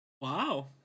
Wow